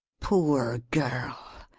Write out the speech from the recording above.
poor girl!